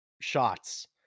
shots